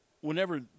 Whenever